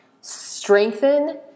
Strengthen